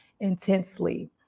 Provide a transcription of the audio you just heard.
intensely